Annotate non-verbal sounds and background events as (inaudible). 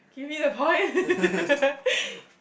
give me the point (laughs)